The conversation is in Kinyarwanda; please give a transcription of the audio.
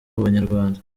abanyarwanda